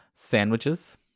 Sandwiches